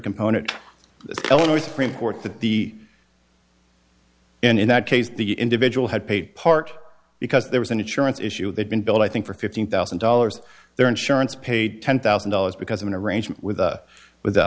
component illinois supreme court that the in that case the individual had paid part because there was an insurance issue they've been billed i think for fifteen thousand dollars their insurance paid ten thousand dollars because of an arrangement with the with the